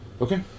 Okay